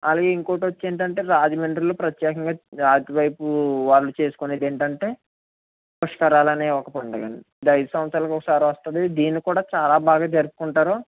అలాగే ఇంకొకటి వచ్చి ఏంటంటే రాజమండ్రిలో ప్రత్యేకంగా అటువైపు వాళ్ళు చేసుకునేది ఏంటంటే పుష్కరాలని ఒక పండుగ అండి ఇది ఐదు సంవత్సరాలకు ఒకసారి వస్తుంది దీన్ని కూడా చాలా బాగా జరుపుకుంటారు